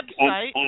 website